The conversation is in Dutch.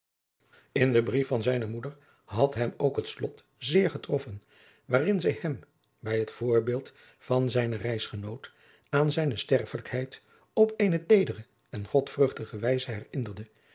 in den brief van zijne moeder had hem ook het slot zeer getroffen waarin zij hem bij het voorbeeld van zijnen reisgenoot aan zijne sterfelijkheid op eene teedere en godvruchtige wijze